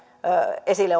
esille